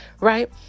right